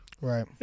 Right